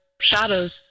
shadows